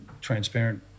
transparent